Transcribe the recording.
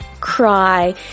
cry